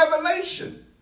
revelation